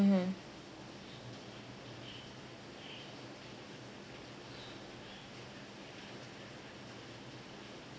mmhmm